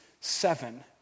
seven